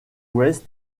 ouest